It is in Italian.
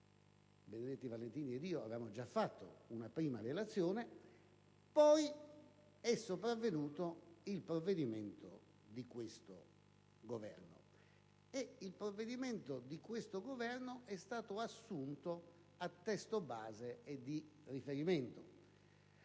Benedetti Valentini ed io avevamo già fatto una prima relazione. Poi è sopravvenuto il provvedimento di questo Governo, il quale è stato assunto a testo base e di riferimento.